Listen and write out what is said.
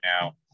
now